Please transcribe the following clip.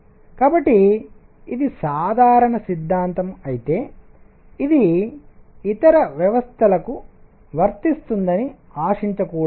కాబట్టి ఇది సాధారణ సిద్ధాంతం అయితే ఇది ఇతర వ్యవస్థలకు వర్తిస్తుందని ఆశించకూడదు